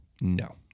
No